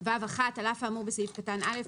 "(ו1)על אף האמור בסעיף קטן (א),